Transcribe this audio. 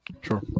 Sure